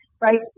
right